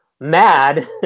mad